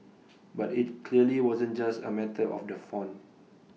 but IT clearly wasn't just A matter of the font